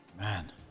man